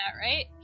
right